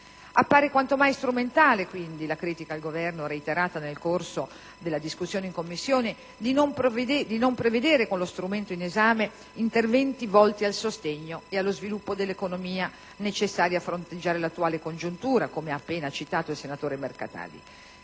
Appare quanto mai strumentale, quindi, la critica al Governo, reiterata nel corso della discussione in Commissione, di non prevedere, con lo strumento in esame, interventi volti al sostegno e allo sviluppo dell'economia necessari a fronteggiare l'attuale congiuntura, come ha appena detto il collega Mercatali.